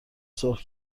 سرخ